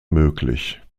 möglich